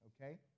okay